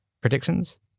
Predictions